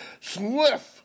Swift